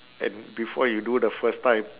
and before you do the first time